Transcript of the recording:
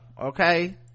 Okay